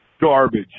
Garbage